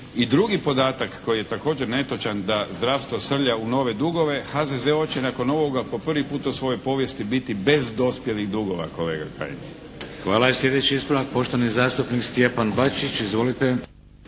I drugi podatak koji je također netočan da zdravstvo srlja u nove dugove HZZO će nakon ovoga po prvi puta u svojoj povijesti biti bez dospjelih dugova kolega Kajin. **Šeks, Vladimir (HDZ)** Hvala. I slijedeći ispravak poštovani zastupnik Stjepan Bačić. Izvolite.